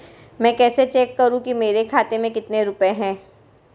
मैं कैसे चेक करूं कि मेरे खाते में कितने रुपए हैं?